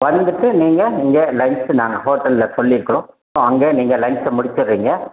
வந்துட்டு நீங்கள் இங்கே லஞ்ச் நாங்கள் ஹோட்டலில் சொல்லியிருக்குறோம் ஸோ அங்கே நீங்கள் லஞ்ச்சை முடிச்சுறீங்க